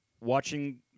watching